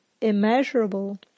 immeasurable